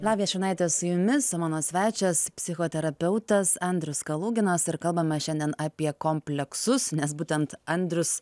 lavija šurnaitė su jumis mano svečias psichoterapeutas andrius kaluginas ir kalbame šiandien apie kompleksus nes būtent andrius